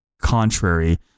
contrary